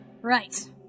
Right